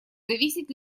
зависеть